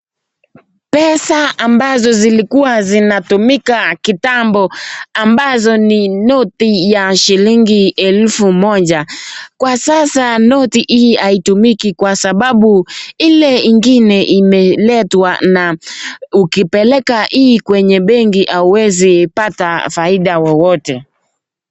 Pesa ambazo zilikuwa zinatumika kitambo ambazo ni noti ya shilingi elfu moja. Kwa sasa noti hii haitumiki kwa sababu ile ingine imeletwa na ukipeleka hii kwenye benki hauwezi pata faida wowote.